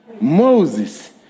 Moses